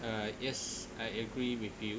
uh yes I agree with you